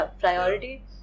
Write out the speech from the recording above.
priority